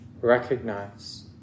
recognize